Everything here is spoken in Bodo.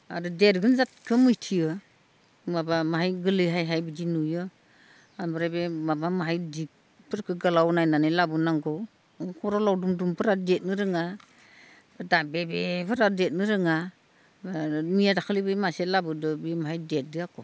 आरो देरगोन जातखौ मिथियो माबा माहाय गोरलैहायहाय बिदि नुयो ओमफ्राय बे माबा माहाय दिगफोरखौ गोलाव नायनानै लाबोनांगौ खर' लावदुम दुमफोरा देरनो रोङा दाबे बेफोरा देरनो रोङा मैया दाखालि बै मासे लाबोदो बे माहाय देरदो आक'